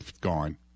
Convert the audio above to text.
gone